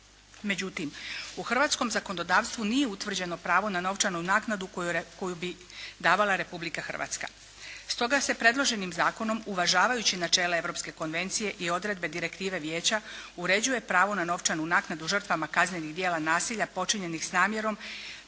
Međutim, u hrvatskom zakonodavstvu nije utvrđeno pravo na novčanu naknadu koju bi davala Republika Hrvatska. Stoga se predloženim zakonom uvažavajući načela europske konvencije i odredbe direktive vijeća uređuje pravo na novčanu naknadu žrtvama kaznenih djela nasilja počinjenih s namjerom,